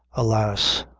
alas!